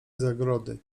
zagrody